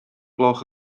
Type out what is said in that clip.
gloch